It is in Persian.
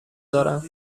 دارم